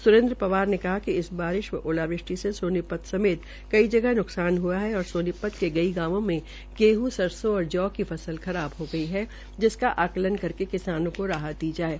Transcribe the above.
सुरेन्द्र पवार ने कहा कि इस शारिश व ओलावृष्टि से सोनीपत समेत कई जगह नुकसान हुआ है और सोनपत के कई गांवों में गेहूं सरसों और जौ की फसल खरा हो गई है जिसका आंकलन करके किसानों को राहत दी जाये